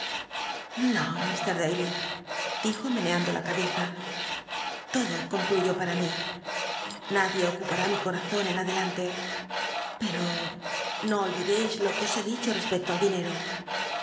david dijo meneando la cabeza todo concluyó ya para mi nadie ocupar i mi coazon en adelante pero no olvidcis lo que os he dicho respecto al dinero